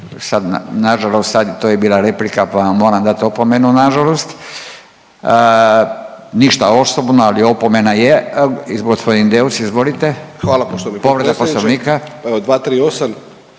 Sad nažalost sad to je bila replika pa vam moram dati opomenu nažalost. Ništa osobno, ali opomena je. Gospodin Deur izvolite. **Deur, Ante